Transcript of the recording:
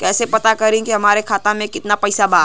कइसे पता करि कि हमरे खाता मे कितना पैसा बा?